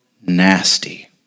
nasty